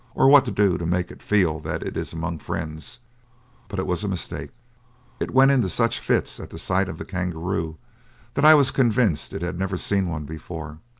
or what to do to make it feel that it is among friends but it was a mistake it went into such fits at the sight of the kangaroo that i was convinced it had never seen one before.